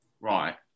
Right